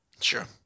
Sure